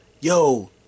Yo